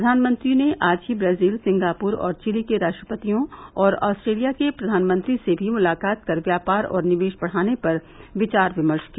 प्रधानमंत्री ने आज ही ब्राजील सिंगापुर और चिली के राष्ट्रपतियों और आस्ट्रेलिया के प्रधानमंत्री से भी मुलाकात कर व्यापार और निवेश बढ़ाने पर विचार विमर्श किया